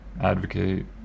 advocate